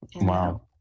Wow